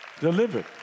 delivered